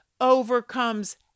overcomes